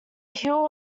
hill